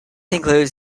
includes